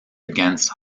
against